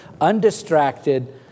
undistracted